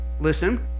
Listen